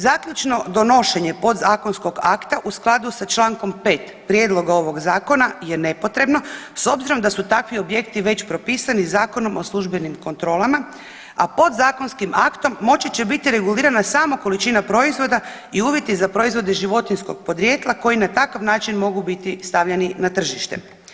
Zaključno, donošenje podzakonskog akta u skladu sa Člankom 5. prijedlog ovog zakona je nepotrebno s obzirom da su takvi objekti već propisani Zakonom o službenim kontrolama, a podzakonskim aktom moći će biti regulirana samo količina proizvoda i uvjeti za proizvode životinjskog podrijetla koji na takav način mogu biti stavljeni na tržište.